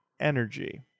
energy